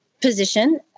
position